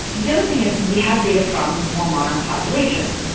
the other thing is we have data from more modern populations.